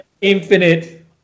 infinite